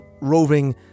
roving